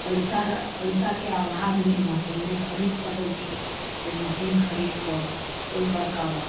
पैसाके अभावमे मशीन नहि खरीद सकैत छी जे मशीन खरीद कऽ ओहि पर करब